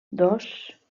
dos